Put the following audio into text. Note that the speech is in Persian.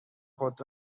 خود